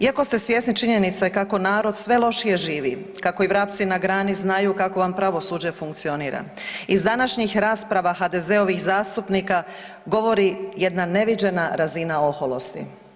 Iako ste svjesni činjenice kako narod sve lošije živi, kako i vrapci na grani znaju kako vam pravosuđe funkcionira iz današnjih rasprava HDZ-ovih zastupnika govori jedna neviđena razina oholosti.